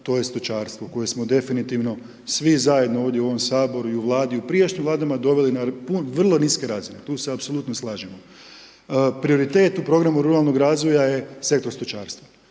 to je stočarstvo koje smo definitivno svi zajedno ovdje u ovom Saboru i u Vladi i u prijašnjim Vladama doveli na vrlo niske razine, tu se apsolutno slažemo. Prioritet u programu ruralnog razvoja je sektor stočarstva